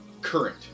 current